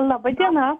laba diena